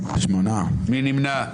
מי נמנע?